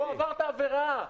לא עברת עבירה.